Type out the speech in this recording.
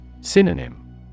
Synonym